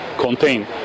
contain